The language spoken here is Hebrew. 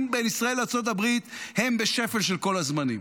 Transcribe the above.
בין ישראל לארצות הברית הם בשפל של כל הזמנים?